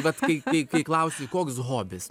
vat kai kai kai klausei koks hobis